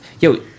Yo